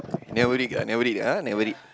never read ah never read ah never read